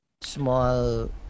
small